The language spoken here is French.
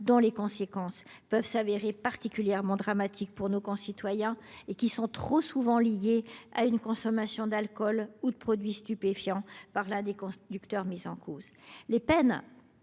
route. Leurs conséquences peuvent se révéler particulièrement dramatiques pour nos concitoyens ; ces accidents sont trop souvent liés à une consommation d’alcool ou de produits stupéfiants par l’un des conducteurs mis en cause.